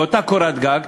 תחת אותה קורת גג,